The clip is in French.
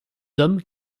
hommes